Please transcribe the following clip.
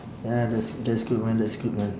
ya that's that's good man that's good man